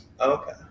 okay